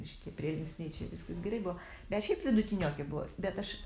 šitie prielinksniai čia viskas gerai buvo bet šiaip vidutiniokė bet aš